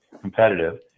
competitive